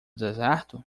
deserto